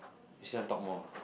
you still can talk more ah